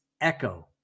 echo